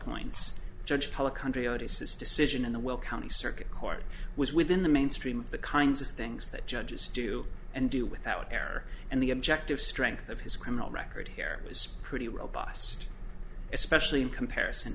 points judge is this decision in the will county circuit court was within the mainstream of the kinds of things that judges do and do without air and the objective strength of his criminal record here is pretty robust especially in comparison